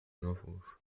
novels